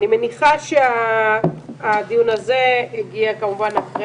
אני מניחה שהדיון הזה הגיע כמובן אחרי